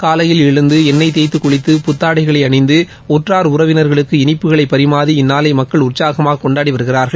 காலையில் எழுந்து எண்ணெய் தேப்த்து குளித்து புத்தாடைகளை அணிந்து உற்றார் உறவினர்களுக்கு இனிப்புகளை பரிமாறி இந்நாளை மக்கள் உற்சாகமாக கொண்டாடி வருகிறார்கள்